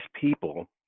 people